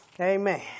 Amen